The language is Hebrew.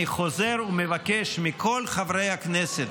אני חוזר ומבקש מכל חברי הכנסת,